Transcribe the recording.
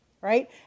Right